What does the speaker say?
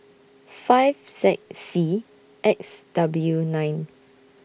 five Z C X W nine